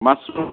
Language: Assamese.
মাছৰুম